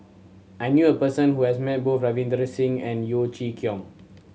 I knew a person who has met both Ravinder Singh and Yeo Chee Kiong